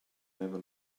never